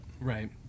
right